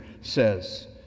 says